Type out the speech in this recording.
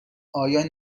آیا